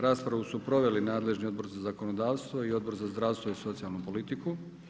Raspravu su proveli, nadležni odbor za zakonodavstvo i Odbor za zdravstvo i socijalnu politiku.